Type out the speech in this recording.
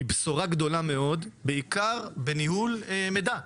היא בשורה גדולה מאוד בעיקר בניהול מידע,